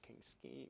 scheme